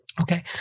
Okay